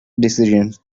decisions